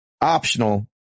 optional